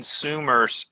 consumers